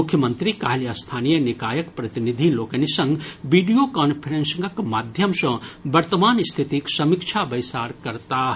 मुख्यमंत्री काल्हि स्थानीय निकायक प्रतिनिधि लोकनि संग वीडियो कॉफ्रेसिंगक माध्यम सँ वर्तमान स्थितिक समीक्षा बैसार करताह